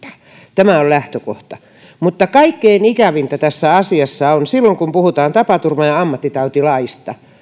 tämä on lähtökohta mutta kaikkein ikävintä tässä asiassa silloin kun puhutaan tapaturma ja ja ammattitautilaista